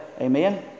Amen